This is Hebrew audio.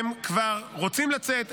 הם כבר רוצים לצאת,